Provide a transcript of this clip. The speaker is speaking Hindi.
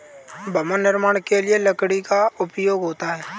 भवन निर्माण के लिए लकड़ी का उपयोग होता है